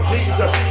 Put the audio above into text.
Jesus